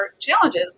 challenges